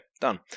done